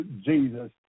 Jesus